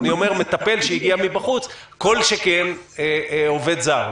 אני אומר: מטפל שהגיע מבחוץ, כל שכן עובד זר.